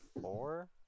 four